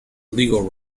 legal